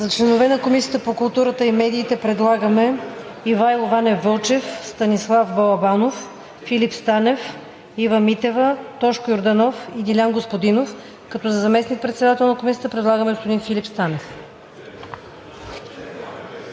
За членове на Комисията по културата и медиите предлагаме Ивайло Ванев Вълчев, Станислав Балабанов, Филип Станев, Ива Митева, Тошко Йорданов и Дилян Господинов, като за заместник-председател на Комисията предлагаме господин Филип Станев.